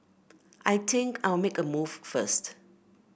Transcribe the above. I think I'll make a move first